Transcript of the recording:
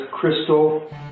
Crystal